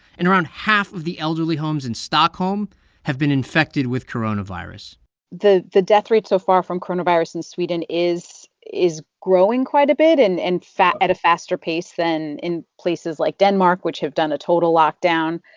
and around half of the elderly homes in stockholm have been infected with coronavirus the the death rate so far from coronavirus in sweden is is growing quite a bit and and at a faster pace than in places like denmark, which have done a total lockdown.